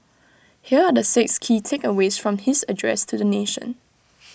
here are the six key takeaways from his address to the nation